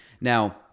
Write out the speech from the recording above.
Now